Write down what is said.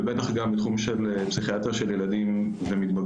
ובטח גם בתחום של פסיכיאטריה של ילדים ומתבגרים,